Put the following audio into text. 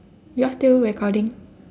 yours still recording